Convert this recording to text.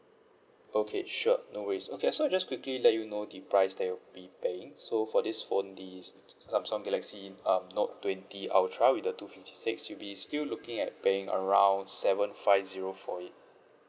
okay sure no worries okay so just quickly let you know the price that you will be paying so for this phone the s~ samsung galaxy um note twenty ultra with the two fifty six you'll be still looking at paying around seven five zero for it